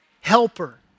Helper